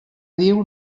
diu